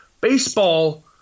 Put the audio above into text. Baseball